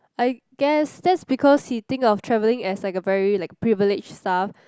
I guess that's because he think of traveling as like a very like privilege stuff